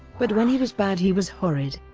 but when he was bad he was horrid.